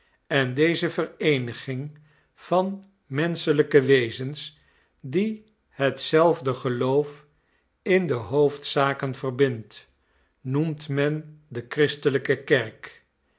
en deze vereeniging van menschelijke wezens die het zelfde geloof in de hoofdzaken verbindt noemt men de christelijke kerk